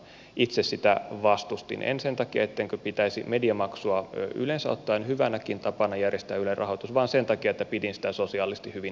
itse sitä vastustin en sen takia ettenkö pitäisi mediamaksua yleensä ottaen hyvänäkin tapana järjestää ylen rahoitus vaan sen takia että pidin sitä sosiaalisesti hyvin epäoikeudenmukaisena